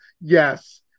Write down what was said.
yes